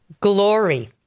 Glory